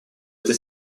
что